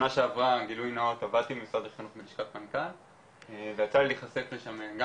שנה שעברה עבדתי במשרד החינוך בלשכת מנכ"ל ויצא להיחשף שם גם